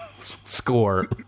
score